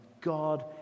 God